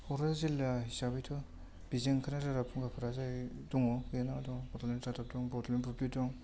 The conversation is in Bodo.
क'क्राझार जिल्ला हिसाबैथ' बिजों ओंख्राग्रा रादाब फुंखाफोर जाहै दङ मेल्ला दं ब'डलेण्ड रादाब दं ब'डलेण्ड बुब्लि दं